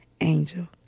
Angel